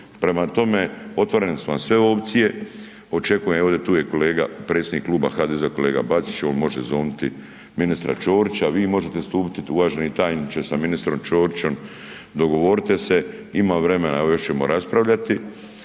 Prema tome, otvorene su vam sve opcije, očekujem evo tu je i kolega predsjednik kluba HDZ-a kolega Bačić on može zovnuti ministra Ćorića, vi možete stupiti uvaženi tajniče sa ministrom Ćorićom, dogovorite se, ima vremena, evo još ćemo raspravljati